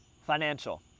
Financial